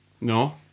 No